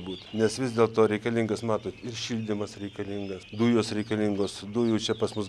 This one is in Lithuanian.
būt nes vis dėlto reikalingas matot ir šildymas reikalingas dujos reikalingos dujų čia pas mus